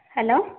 hello